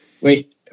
Wait